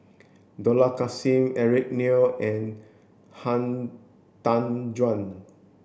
Dollah Kassim Eric Neo and Han Tan Juan